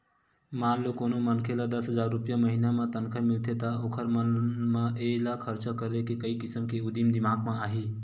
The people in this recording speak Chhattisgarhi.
मान लो कोनो मनखे ल दस हजार रूपिया महिना म तनखा मिलथे त ओखर मन म एला खरचा करे के कइ किसम के उदिम दिमाक म आही